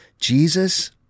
Jesus